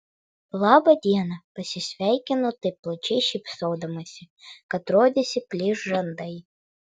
laba diena pasisveikino taip plačiai šypsodamasi kad rodėsi plyš žandai